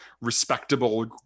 respectable